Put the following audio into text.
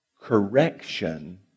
correction